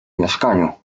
mieszkaniu